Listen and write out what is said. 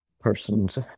person's